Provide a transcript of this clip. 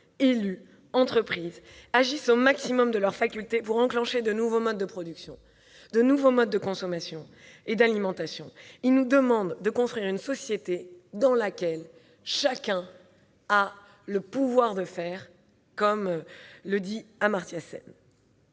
élu, entreprise, agisse au maximum de ses facultés pour enclencher de nouveaux modes de production, de nouveaux modes de consommation et d'alimentation. Ils nous demandent de construire une société dans laquelle chacun a le « pouvoir de faire », comme le dit Amartya Sen.